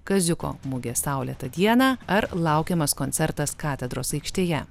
kaziuko mugė saulėtą dieną ar laukiamas koncertas katedros aikštėje